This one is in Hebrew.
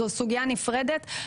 זו סוגיה נפרדת.